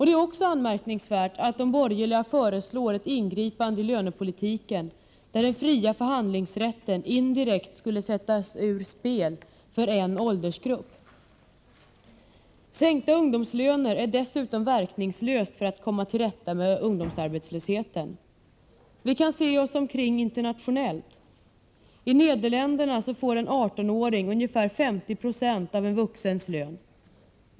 Det är också anmärkningsvärt att de borgerliga föreslår ett ingripande i lönepolitiken som indirekt skulle sätta den fria förhandlingsrätten ur spel för en åldersgrupp. Sänkta ungdomslöner är dessutom verkningslöst för att komma till rätta med ungdomsarbetslösheten. Vi kan se oss omkring internationellt. I Nederländerna får en 18-åring ungefär 50 20 av en vuxens lön.